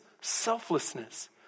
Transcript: selflessness